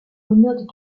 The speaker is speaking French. l’honneur